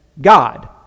God